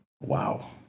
Wow